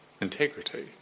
integrity